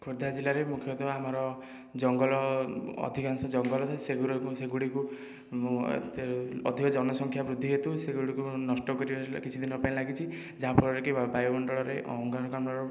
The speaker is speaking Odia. ଖୋର୍ଦ୍ଧା ଜିଲ୍ଲାରେ ମୁଖ୍ୟତଃ ଆମର ଜଙ୍ଗଲ ଅଧିକାଂଶ ଜଙ୍ଗଲ ସେଗୁଡ଼ିକୁ ଅଧିକ ଜନସଂଖ୍ୟା ବୃଦ୍ଧି ହେତୁ ସେଗୁଡ଼ିକୁ ନଷ୍ଟ କରିବା ପାଇଁ କିଛି ଦିନ ଲାଗିଛି ଯାହା ଫଳରେ କି ବାୟୁ ମଣ୍ଡଳରେ ଅଙ୍ଗାରକାମ୍ଳର